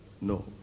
no